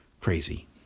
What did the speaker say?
crazy